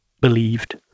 believed